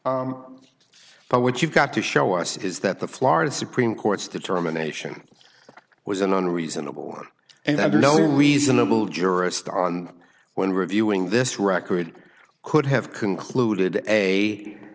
but what you've got to show us is that the florida supreme court's determination was an unreasonable and undervalued reasonable jurist on when reviewing this record could have concluded a